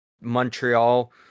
montreal